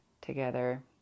together